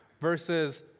versus